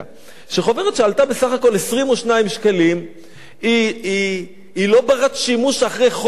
חוברת שעלתה בסך הכול 22 שקלים היא לא בת-שימוש אחרי חודש אחד,